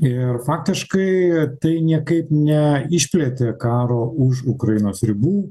ir faktiškai tai niekaip neišplėtė karo už ukrainos ribų